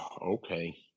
Okay